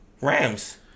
Rams